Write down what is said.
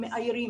המאיירים,